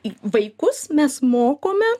į vaikus mes mokome